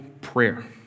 prayer